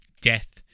death